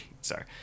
sorry